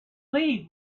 leave